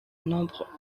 nombre